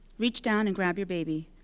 reach down and grab your baby.